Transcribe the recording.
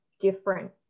different